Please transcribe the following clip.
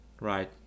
right